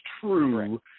true